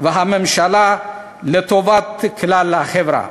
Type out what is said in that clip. והממשלה לטובת כלל החברה.